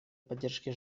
поддержки